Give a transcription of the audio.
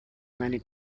many